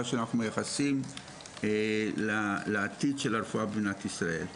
שאנחנו מייחסים לעתיד של הרפואה בישראל.